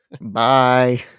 Bye